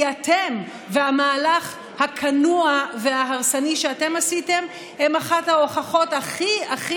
כי אתם והמהלך הכנוע וההרסני שאתם עשיתם הם אחת ההוכחות הכי הכי